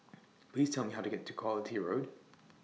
Please Tell Me How to get to Quality Road